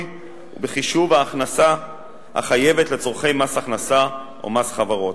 בחישוב ההכנסה החייבת לצורכי מס הכנסה ומס חברות.